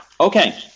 Okay